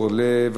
(מס' 104) (החמרת הענישה בעבירת ההפקרה),